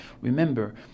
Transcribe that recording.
remember